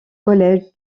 collège